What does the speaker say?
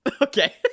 okay